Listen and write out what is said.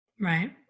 right